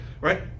right